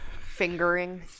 Fingering